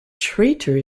traitor